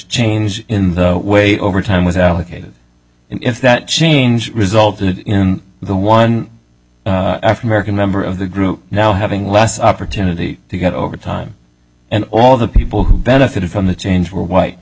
change in the way overtime was allocated if that change resulted in the one after american member of the group now having less opportunity to get overtime and all the people who benefited from the change were white